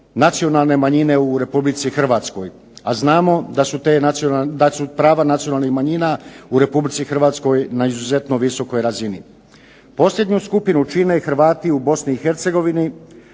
nacionalne manjine u Republici Hrvatskoj a znamo da su prava nacionalnih manjina u Republici Hrvatskoj na izuzetno visokoj razini. Posljednju skupinu čine Hrvati u Bosni i Hercegovini,